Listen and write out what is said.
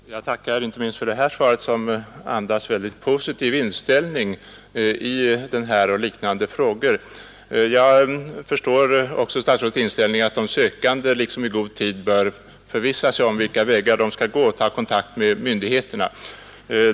Herr talman! Jag tackar inte minst för detta svar, som andas en väldigt positiv inställning till denna och liknande frågor. Jag förstår också statsrådets inställning att de sökande i god tid bör ta kontakt med myndigheterna och förvissa sig om vilka vägar de skall gå.